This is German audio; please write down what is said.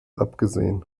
abgesehen